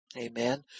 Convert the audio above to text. Amen